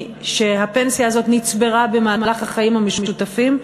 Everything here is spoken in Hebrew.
שהפנסיה הזאת נצברה במהלך החיים המשותפים עמו,